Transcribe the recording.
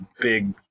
big